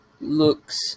looks